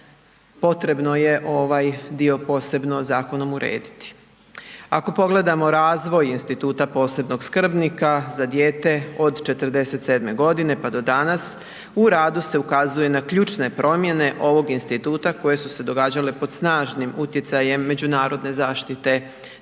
potrebno je ovaj dio posebno zakonom urediti. Ako pogledamo razvoj instituta posebnog skrbnika za dijete od '47. godine pa do danas u radu se ukazuje se na ključne promjene ovog instituta koje su se događale pod snažim utjecajem međunarodne zaštite dječjih